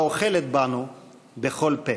האוכלת בנו בכל פה.